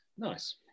Nice